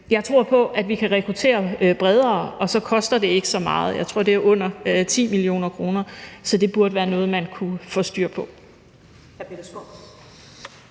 Jeg tror på, at vi kan rekruttere bredere, og så koster det ikke så meget. Jeg tror, det er under 10 mio. kr., så det burde være noget, man kunne få styr på.